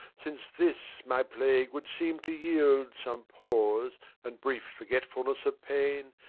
since this my plague would seem to yield some pause and brief forgetfulness of pain,